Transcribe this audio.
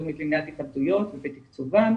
הלאומית למניעת התאבדויות ובתקצובו,